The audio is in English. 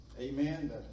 amen